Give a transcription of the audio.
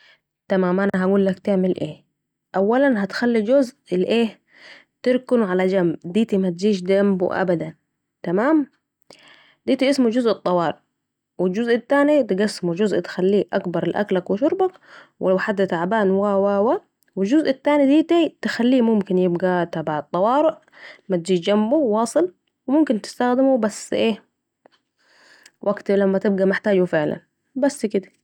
تمام أنا هقولك تعمل ايه؟ أولا هتخلي جزء للأيه تركنه على جنب ديتي متجيش جنبه أبدا تمام ، ديتي اسمه جزء الطوارئ ...و الجزء التاني تقسمه جزء تخليه أكبر لأكلك و شربك ولو حد تعبان وا وا وا... والجزء التاني داتي تخليه ممكن يبقي تبع الطوارء متجيش جنبه واصل و ممكن تستخدمه بس ايه ؟ وقت ما تبقي محتاجه فعلاً